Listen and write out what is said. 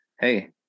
hey